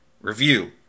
review